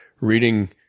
reading